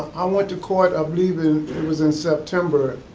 um went to court of leaving, it was in september,